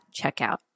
checkout